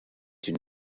une